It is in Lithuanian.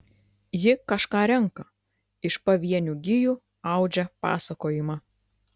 ji kažką renka iš pavienių gijų audžia pasakojimą